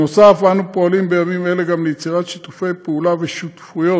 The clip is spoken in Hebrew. נוסף על כך אנו פועלים בימים אלו גם ליצירת שיתופי פעולה ושותפויות